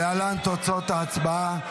להלן תוצאות ההצבעה: